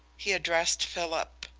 he addressed philip.